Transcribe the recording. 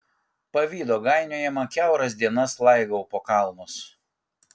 pavydo gainiojama kiauras dienas laigau po kalnus